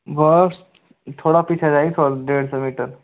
बस थोड़ा पीछे आ जाइए थोड़ा डेढ़ सौ मीटर